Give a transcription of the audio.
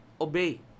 obey